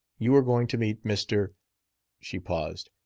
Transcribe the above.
you are going to meet mr she paused.